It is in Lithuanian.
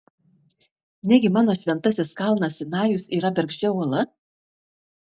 negi mano šventasis kalnas sinajus yra bergždžia uola